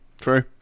true